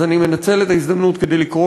אז אני מנצל את ההזדמנות כדי לקרוא